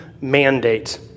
mandate